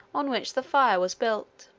on which the fire was built.